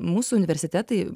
mūsų universitetai